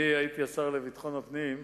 אני הייתי השר לביטחון הפנים,